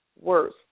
worse